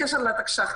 לתקש"ח